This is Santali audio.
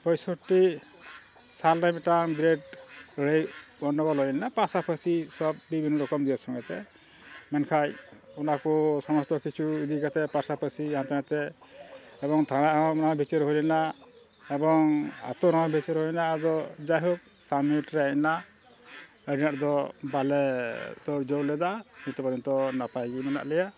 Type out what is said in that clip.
ᱯᱚᱭᱥᱚᱴᱴᱤ ᱥᱟᱞᱨᱮ ᱢᱤᱫᱴᱟᱝ ᱵᱤᱨᱟᱴ ᱞᱟᱹᱲᱦᱟᱹᱭ ᱜᱚᱱᱰᱳᱜᱚᱞ ᱦᱩᱭ ᱞᱮᱱᱟ ᱯᱟᱥᱟ ᱯᱟᱥᱤ ᱥᱚᱵ ᱵᱤᱵᱷᱤᱱᱱᱚ ᱨᱚᱠᱚᱢ ᱫᱮᱥ ᱥᱚᱸᱜᱮ ᱛᱮ ᱢᱮᱱᱠᱷᱟᱱ ᱚᱱᱟ ᱠᱚ ᱥᱚᱢᱚᱥᱛᱚ ᱠᱤᱪᱷᱩ ᱤᱫᱤ ᱠᱟᱛᱮᱫ ᱯᱟᱥᱟᱯᱟᱥᱤ ᱦᱟᱱᱛᱮ ᱱᱟᱛᱮ ᱮᱵᱚᱝ ᱛᱷᱟᱱᱟ ᱦᱚᱸ ᱵᱷᱤᱪᱟᱹᱨ ᱦᱩᱭ ᱞᱮᱱᱟ ᱮᱵᱚᱝ ᱟᱛᱳᱨᱮᱦᱚᱸ ᱵᱤᱪᱟᱹᱨ ᱦᱩᱭ ᱞᱮᱱᱟ ᱟᱫᱚ ᱡᱟᱭᱦᱳᱠ ᱥᱟᱵᱢᱤᱴ ᱨᱮ ᱦᱮᱪ ᱮᱱᱟ ᱟᱹᱰᱤ ᱟᱸᱴ ᱫᱚ ᱵᱟᱞᱮ ᱛᱳ ᱡᱳᱲ ᱞᱮᱫᱟ ᱱᱤᱛᱚᱜ ᱱᱤᱛᱚᱜ ᱱᱟᱯᱟᱭ ᱜᱮ ᱢᱮᱱᱟᱜ ᱞᱮᱭᱟ